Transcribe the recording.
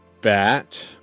Bat